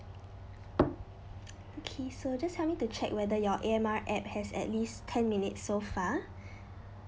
okay so just help me to check whether your A_M_R app has at least ten minutes so far